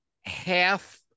half